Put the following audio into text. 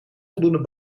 voldoende